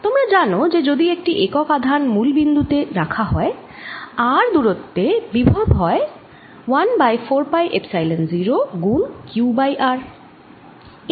তোমরা জানো যে যদি একটি একক আধান মূল বিন্দু তে রাখা হয় r দূরত্বে বিভব হয় 1 বাই 4 পাই এপসাইলন 0 গুণ q বাই r